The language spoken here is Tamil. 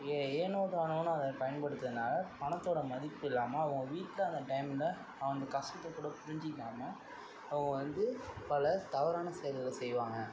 ஏனோ தானோன்னு அதை பயன்படுத்துறனால் பணத்தோட மதிப்பு இல்லாமல் அவன் வீட்டில் அந்த டைமில் அவன்க்கு கஷ்டத்தைக்கூட புரிஞ்சிக்காம அவன் வந்து பல தவறான செயல்களை செய்வாங்க